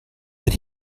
that